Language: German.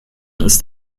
ist